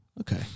Okay